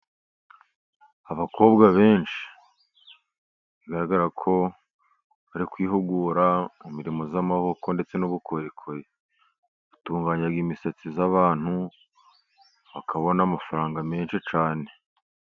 Abakobwa benshi bigaragara ko bari kwihugura mu mirimo y'amaboko ndetse n'ubukorikori. Batunganya imisatsi y'abantu bakabona amafaranga menshi cyane.